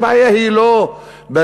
הבעיה היא לא בראי.